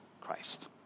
Christ